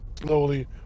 slowly